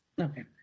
Okay